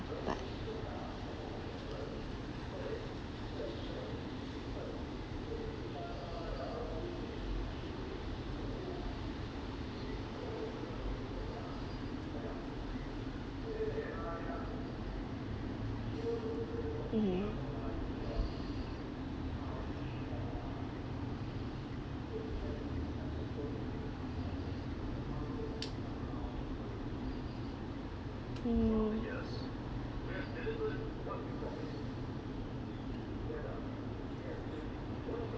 but mmhmm mm